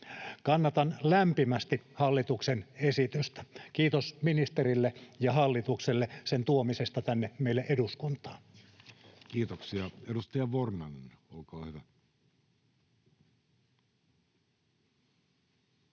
Kannatan lämpimästi hallituksen esitystä. Kiitos ministerille ja hallitukselle sen tuomisesta tänne meille eduskuntaan. Kiitoksia. — Edustaja Vornanen, olkaa hyvä.